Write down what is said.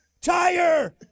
Tire